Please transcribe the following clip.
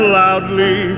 loudly